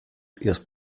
erst